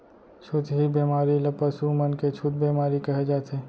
छुतही बेमारी ल पसु मन के छूत बेमारी कहे जाथे